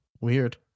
Weird